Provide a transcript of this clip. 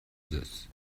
this